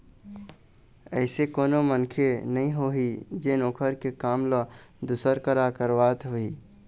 अइसे कोनो मनखे नइ होही जेन लोहार के काम ल दूसर करा करवात होही